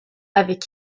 avaient